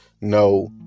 No